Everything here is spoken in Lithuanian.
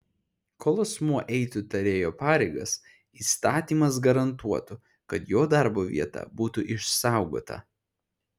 kol asmuo eitų tarėjo pareigas įstatymas garantuotų kad jo darbo vieta būtų išsaugota